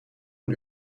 een